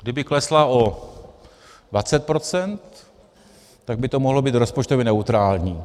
Kdyby klesla o 20 %, tak by to mohlo být rozpočtově neutrální.